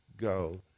go